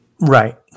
Right